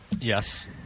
Yes